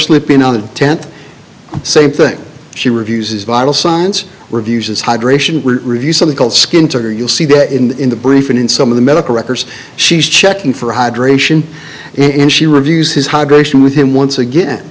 sleeping on the tent same thing she refuses vital signs refuses hydration review something called skin to her you'll see that in the briefing in some of the medical records she's checking for hydration and she reviews his hydration with him once again